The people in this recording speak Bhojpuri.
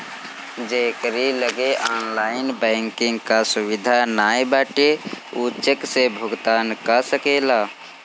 जेकरी लगे ऑनलाइन बैंकिंग कअ सुविधा नाइ बाटे उ चेक से भुगतान कअ सकेला